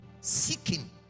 Seeking